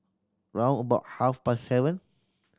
round about half past seven